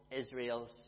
Israel's